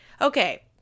Okay